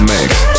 Mix